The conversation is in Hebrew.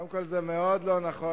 אין משהו מגוחך יותר מזה.